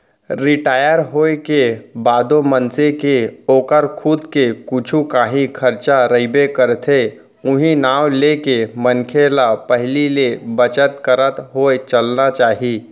retire होए के बादो मनसे के ओकर खुद के कुछु कांही खरचा रहिबे करथे उहीं नांव लेके मनखे ल पहिली ले बचत करत होय चलना चाही